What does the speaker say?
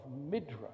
Midrash